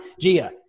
Gia